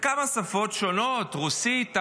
בכמה שפות שונות: רוסית, אנגלית,